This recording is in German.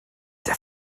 der